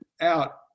out